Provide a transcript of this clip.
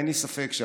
אין לי ספק שפרופ'